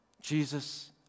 Jesus